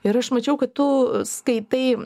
ir aš mačiau kad tu skaitai